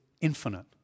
infinite